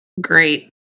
great